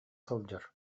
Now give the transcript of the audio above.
сылдьар